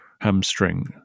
hamstring